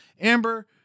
Amber